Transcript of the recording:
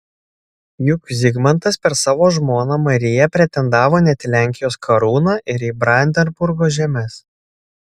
juk zigmantas per savo žmoną mariją pretendavo net į lenkijos karūną ir į brandenburgo žemes